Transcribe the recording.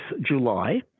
July